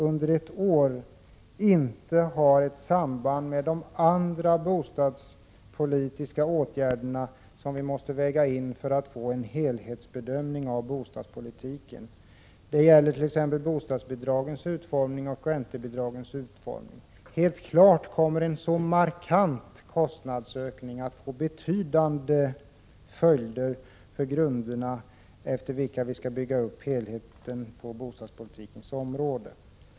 under ett år påverkar övriga bostadspolitiska åtgärder och måste vägas in för att kunna nå en helhetsbedömning av bostadspolitiken. Det gäller t.ex. bostadsbidragens och räntebidragens utformning. Helt klart kommer en så markant kostnadsökning att få betydande följder när det gäller de grunder på vilka vi skall bygga upp helheten på bostadspolitikens område.